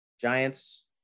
Giants